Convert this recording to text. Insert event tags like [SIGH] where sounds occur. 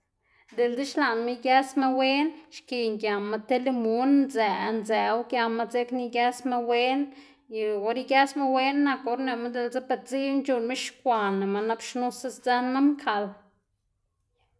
[NOISE] diꞌltse xlaꞌnma igësma wen xkiꞌn giama te limun ndzëꞌ ndzëꞌwu giama dzekna igësma wen y or igësma wen nak or nëꞌma diꞌltse be dziꞌn c̲h̲uꞌnnma xkwanama nap xnuse sdzënma mkaꞌl. [NOISE]